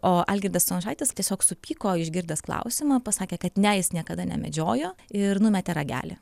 o algirdas stončaitis tiesiog supyko išgirdęs klausimą pasakė kad ne jis niekada nemedžiojo ir numetė ragelį